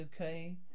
okay